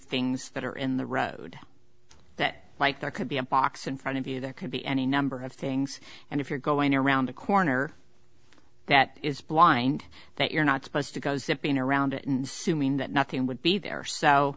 things that are in the road that like there could be a box in front of you there could be any number of things and if you're going around a corner that is blind that you're not supposed to go zipping around and soon mean that nothing would be there so